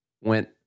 went